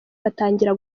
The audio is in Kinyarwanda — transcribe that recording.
batangira